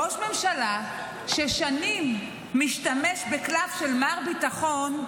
ראש ממשלה ששנים משתמש בקלף של מר ביטחון,